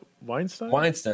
Weinstein